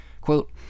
Quote